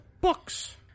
books